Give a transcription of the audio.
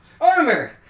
Armor